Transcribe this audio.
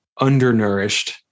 undernourished